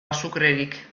azukrerik